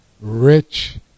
rich